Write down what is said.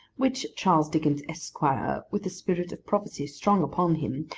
which charles dickens, esquire, with the spirit of prophecy strong upon him,